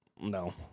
no